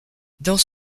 dans